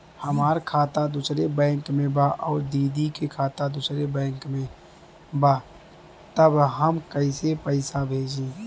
हमार खाता दूसरे बैंक में बा अउर दीदी का खाता दूसरे बैंक में बा तब हम कैसे पैसा भेजी?